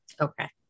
Okay